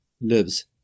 lives